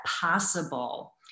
possible